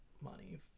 money